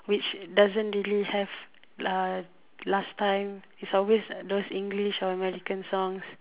which doesn't really have last time it's always those English or American songs